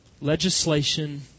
legislation